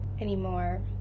anymore